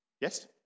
Yes